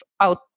out